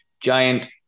giant